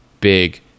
big